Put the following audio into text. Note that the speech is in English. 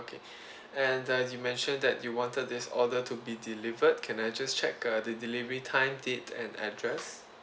okay and as you mentioned that you wanted this order to be delivered can I just check the delivery time date and address